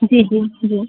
जी जी जी